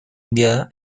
enviada